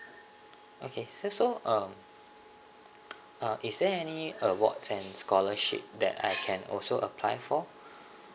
okay so um uh is there any awards and scholarship that I can also apply for